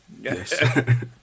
Yes